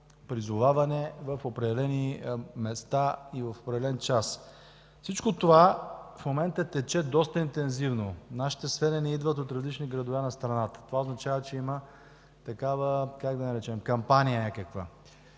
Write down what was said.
призоваване на определени места и в определен час. Всичко това в момента тече доста интензивно. Нашите сведения идват от различни градове на страната. Това означава, че има някаква кампания.